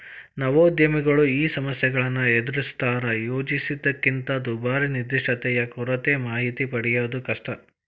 ನವೋದ್ಯಮಿಗಳು ಈ ಸಮಸ್ಯೆಗಳನ್ನ ಎದರಿಸ್ತಾರಾ ಯೋಜಿಸಿದ್ದಕ್ಕಿಂತ ದುಬಾರಿ ನಿರ್ದಿಷ್ಟತೆಯ ಕೊರತೆ ಮಾಹಿತಿ ಪಡೆಯದು ಕಷ್ಟ